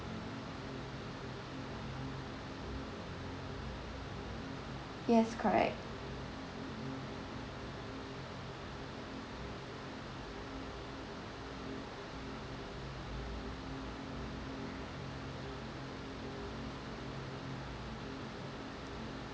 yes correct